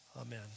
amen